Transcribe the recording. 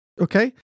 Okay